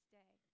day